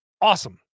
awesome